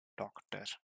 doctor